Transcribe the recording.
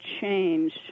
change